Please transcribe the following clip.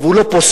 והוא לא פוסל,